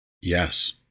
yes